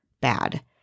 bad